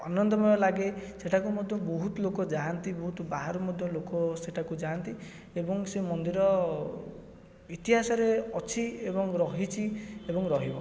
ଆନନ୍ଦମୟ ଲାଗେ ସେଠାକୁ ମଧ୍ୟ ବହୁତ ଲୋକ ଯାଆନ୍ତି ବହୁତ ବାହାରୁ ମଧ୍ୟ ଲୋକ ସେଠାକୁ ଯାଆନ୍ତି ଏବଂ ସେ ମନ୍ଦିର ଇତିହାସରେ ଅଛି ଏବଂ ରହିଛି ଏବଂ ରହିବ